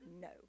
No